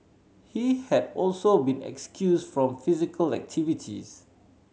he had also been excused from physical activities